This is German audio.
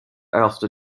erste